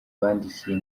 bandikiye